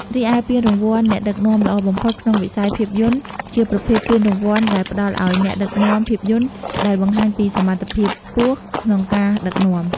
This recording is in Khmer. រីឯពានរង្វាន់ អ្នកដឹកនាំល្អបំផុតក្នុងវិស័យភាពយន្ត ជាប្រភេទពានរង្វាន់ដែលផ្តល់ឲ្យអ្នកដឹកនាំភាពយន្តដែលបង្ហាញពីសមត្ថភាពខ្ពស់ក្នុងការដឹកនាំ។